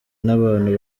n’abantu